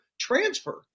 transfer